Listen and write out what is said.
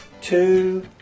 two